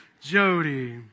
Jody